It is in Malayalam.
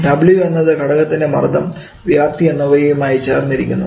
w എന്നത് ഘടകത്തിൻറെ മർദ്ദം വ്യാപ്തി എന്നിവയുമായി ചേർന്നിരിക്കുന്നു